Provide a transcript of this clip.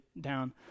down